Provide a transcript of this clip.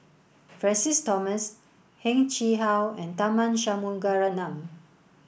Francis Thomas Heng Chee How and Tharman Shanmugaratnam